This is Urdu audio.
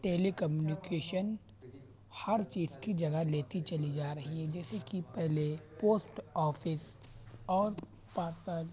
ٹیلی کمیونکیشن ہر چیز کی جگہ لیتی چلی جا رہی ہے جیسے کہ پہلے پوسٹ آفس اور پارسل